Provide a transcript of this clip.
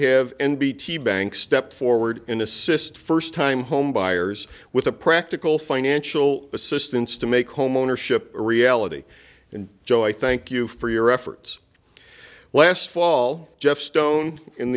have an bt bank step forward in assist first time homebuyers with a practical financial assistance to make home ownership a reality and joe i thank you for your efforts last fall jeff stone in